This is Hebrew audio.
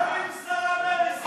מדברים סרה בנשיא המדינה?